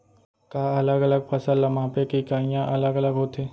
का अलग अलग फसल ला मापे के इकाइयां अलग अलग होथे?